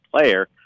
player